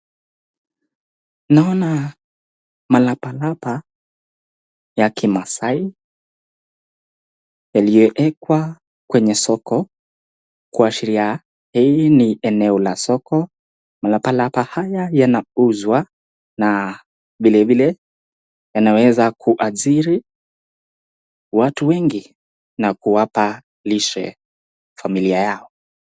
Naona malapalapa ya kimaasai yaliyewekwa kwenye soko kuwashiria hii ni eneo la soko, malapalapa haya yanauzwa na vilevile yanaweza kuajiri watu wengi na kuwapa lishe familia yao.